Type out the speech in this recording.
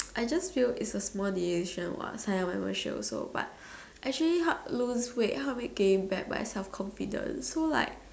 I just feel it's a small division what sign up membership also but actually help me lose weight help me gain back self confidence so like what